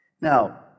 Now